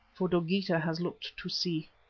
for dogeetah has looked to see.